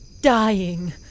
Dying